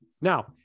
now